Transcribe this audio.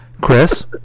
Chris